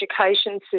education